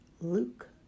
Luke